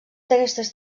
d’aquestes